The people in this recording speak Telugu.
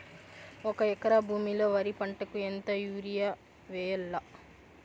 ఒక ఎకరా భూమిలో వరి పంటకు ఎంత యూరియ వేయల్లా?